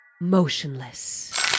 motionless